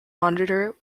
monitor